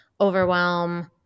overwhelm